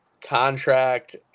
contract